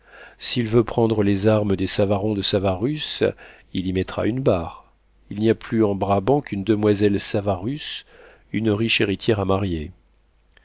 s'il veut prendre les armes des savaron de savarus il y mettra une barre il n'y a plus en brabant qu'une demoiselle savarus une riche héritière à marier